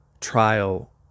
trial